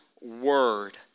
word